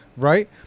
right